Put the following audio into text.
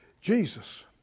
Jesus